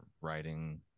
writing